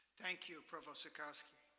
thank you, provost zukoski.